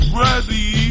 ready